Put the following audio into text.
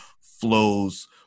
flows